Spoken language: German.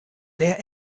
der